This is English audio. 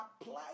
apply